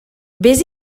vés